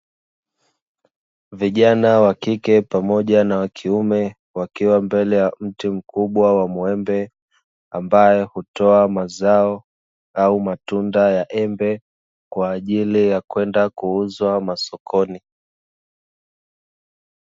Vijana wakike pamoja na wakiume wakiwa mbele ya mti mkubwa wa muembe, ambayo hutoa mazao au matunda ya embe kwa ajili ya kwenda kuuzwa masokoni.